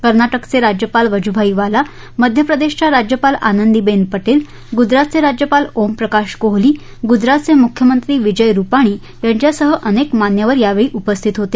कर्नाटकचे राज्यपाल वजुभाई वाला मध्यप्रदेशच्या राज्यपाल आनंदीबेन पटेल गुजरातचे राज्यपाल ओमप्रकाश कोहली गुजरातचे मुख्यमंत्री विजय रुपाणी यांच्यासह अनेक मान्यवर यावेळी उपस्थित होते